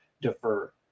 defer